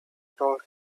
told